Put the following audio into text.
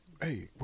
Hey